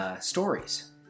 Stories